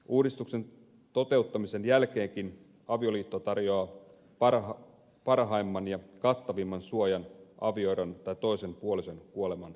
uudistuksen toteuttamisen jälkeenkin avioliitto tarjoaa parhaimman ja kattavimman suojan avioeron tai toisen puolison kuoleman varalta